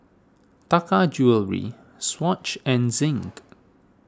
Taka Jewelry Swatch and Zinc